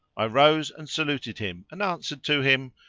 i rose and saluted him and answered to him,